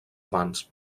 abans